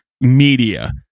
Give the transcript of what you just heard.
media